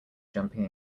jumping